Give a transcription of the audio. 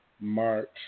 March